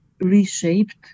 reshaped